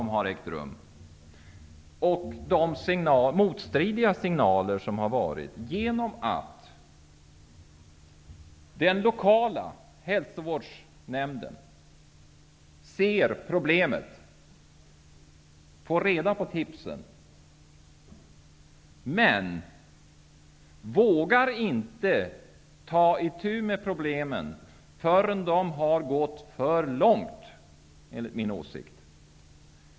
Det har skickats ut motstridiga signaler genom att det är den lokala hälsovårdsnämnden ser problemet och får tipsen, men den vågar inte ta itu med problemen förrän det har gått för långt.